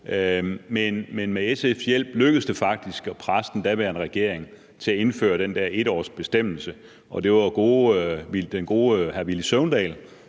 Men med SF's hjælp lykkedes det faktisk at presse den daværende regering til at indføre den der 1-årsbestemmelse. Det var den gode hr. Villy Søvndal,